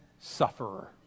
sufferer